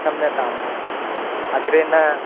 क्षम्यताम् अग्रे न